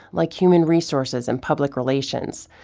like human resources and public relations.